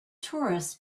tourists